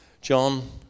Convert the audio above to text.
John